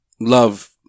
love